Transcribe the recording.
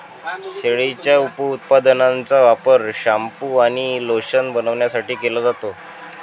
शेळीच्या उपउत्पादनांचा वापर शॅम्पू आणि लोशन बनवण्यासाठी केला जातो